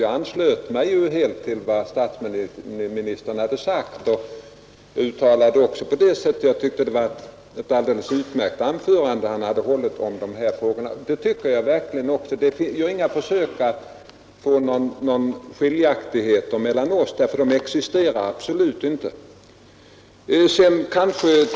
Jag anslöt mig ju helt till vad statsministern hade sagt och uttalade också att jag tyckte det var ett alldeles utmärkt anförande han hade hållit om dessa frågor, och det tycker jag verkligen. Gör inga försök att få någon skillnad i uppfattningen mellan oss, för någon an existerar absolut inte!